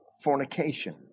fornication